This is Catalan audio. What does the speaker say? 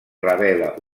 revela